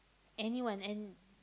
anyone and